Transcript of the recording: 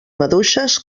maduixes